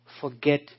forget